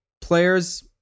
players